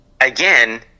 again